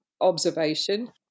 observation